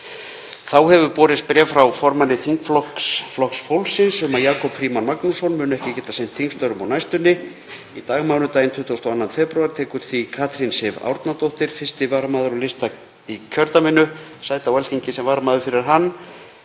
Þá hefur borist bréf frá formanni þingflokks Flokks fólksins um að Jakob Frímann Magnússon muni ekki geta sinnt þingstörfum á næstunni. Í dag, mánudaginn 22. febrúar, tekur því Katrín Sif Árnadóttir, 1. varamaður á lista í kjördæminu, sæti á Alþingi sem varamaður fyrir hann.